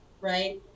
right